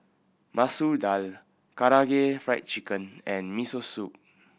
Masoor Dal Karaage Fried Chicken and Miso Soup